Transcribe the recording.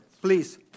Please